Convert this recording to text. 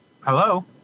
Hello